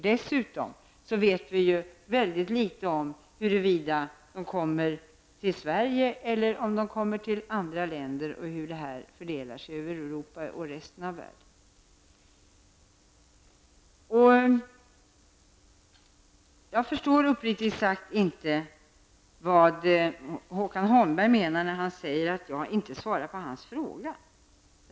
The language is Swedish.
Dessutom vet vi väldigt litet om huruvida de här människorna söker sig till Sverige eller till något annat land, alltså om hur fördelningen blir över Europa och resten av världen. Uppriktigt sagt förstår jag inte vad Håkan Holmberg menar när han säger att jag inte har svarat på hans fråga.